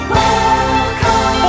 Welcome